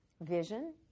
vision